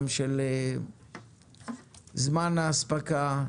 יש בעיות בזמן האספקה וכו'.